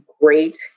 great